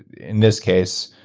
in this case,